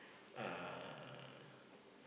uh